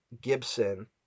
Gibson